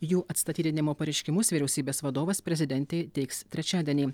jų atstatydinimo pareiškimus vyriausybės vadovas prezidentei teiks trečiadienį